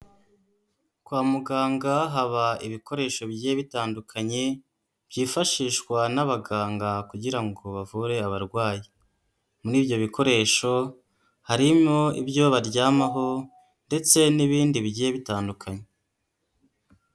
Kwa muganga haba ibikoresho bigiye bitandukanye, byifashishwa n'abaganga kugira bavure abarwayi, muri ibyo bikoresho harimo ibyo baryamaho ndetse n'ibindi bigiye bitandukanye.